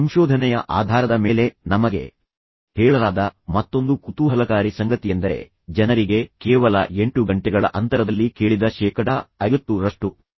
ಸಂಶೋಧನೆಯ ಆಧಾರದ ಮೇಲೆ ನಮಗೆ ಹೇಳಲಾದ ಮತ್ತೊಂದು ಕುತೂಹಲಕಾರಿ ಸಂಗತಿಯೆಂದರೆ ಜನರಿಗೆ ಕೇವಲ 8 ಗಂಟೆಗಳ ಅಂತರದಲ್ಲಿ ಕೇಳಿದ ಶೇಕಡಾ 50 ರಷ್ಟು ನೆನಪಿರುವುದಿಲ್ಲ